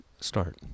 start